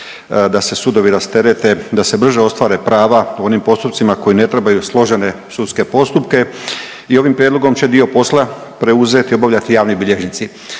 da se sudovi rasterete, da se brže ostvare prava u onim postupcima koji ne trebaju složene sudske postupke i ovim prijedlogom će dio posla preuzeti i obavljati javni bilježnici.